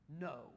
no